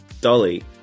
Dolly